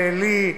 ללי,